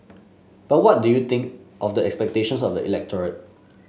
but what do you think of the expectations of the electorate